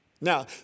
Now